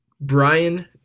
Brian